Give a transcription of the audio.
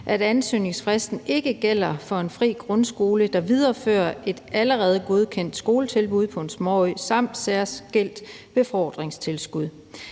at ansøgningsfristen ikke gælder for en fri grundskole, der viderefører et allerede godkendt skoletilbud på en småø, samt særskilt befordringstilskud.